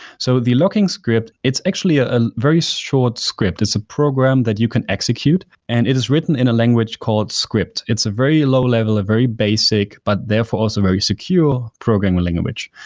so the locking script, it's actually a a very short script. it's a program that you can execute and it is written in a language called script. it's a very low level, a very basic but therefore also very secure programming language.